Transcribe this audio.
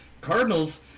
Cardinals